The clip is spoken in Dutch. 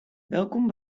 welkom